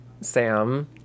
Sam